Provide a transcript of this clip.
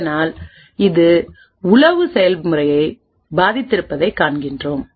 இதனால் இது உளவு செயல்முறையை பாதித்திருப்பதைக் காண்கிறோம்